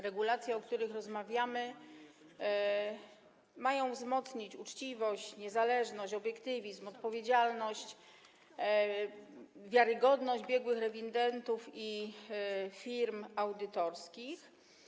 Regulacje, o których rozmawiamy, mają wzmocnić uczciwość, niezależność, obiektywizm, odpowiedzialność, wiarygodność biegłych rewidentów i firm audytorskich.